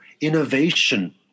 innovation